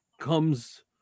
comes